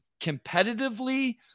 competitively